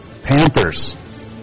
Panthers